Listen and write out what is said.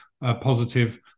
positive